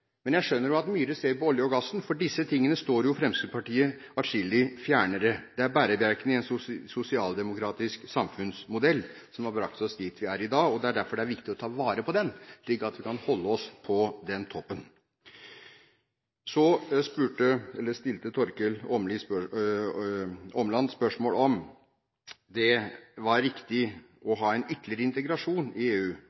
Men jeg skjønner at representanten Myhre ser på oljen og gassen, for alt dette jeg nevnte, står Fremskrittspartiet atskillig fjernere. Det er bærebjelkene i en sosialdemokratisk samfunnsmodell som har brakt oss dit vi er i dag. Derfor er det viktig å ta vare på den, sånn at vi kan holde oss på den toppen. Torkil Åmland stilte spørsmål om det var riktig å ha en ytterligere økonomisk og politisk integrasjon i EU – om det var en riktig